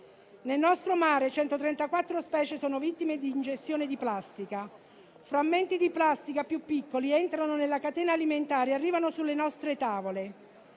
Nel nostro mare 134 specie sono vittime di ingestione di plastica; frammenti di plastica più piccoli entrano nella catena alimentare e arrivano sulle nostre tavole;